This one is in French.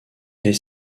est